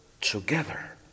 together